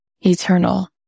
eternal